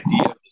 idea